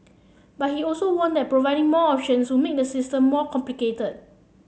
but he also warned that providing more options would make the system more complicated